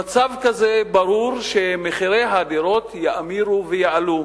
ברור שבמצב כזה מחירי הדירות יאמירו ויעלו.